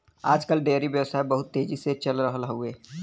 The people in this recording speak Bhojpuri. आज कल डेयरी व्यवसाय बहुत तेजी से चल रहल हौवे